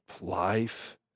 life